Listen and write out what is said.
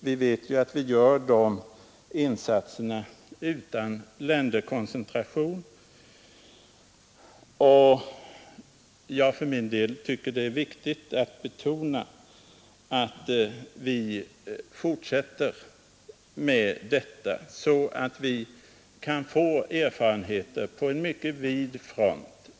Vi vet att vi gör dessa insatser utan länderkoncentration. För min del tycker jag att det är viktigt att betona att vi fortsätter med detta, så att vi kan få erfarenheter på en mycket vid front.